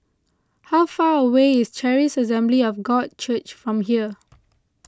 how far away is Charis Assembly of God Church from here